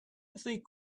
think